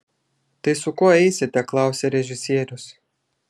tai su kuo eisite klausia režisierius